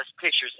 pictures